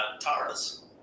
Tara's